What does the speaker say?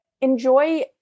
enjoy